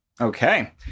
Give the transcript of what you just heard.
Okay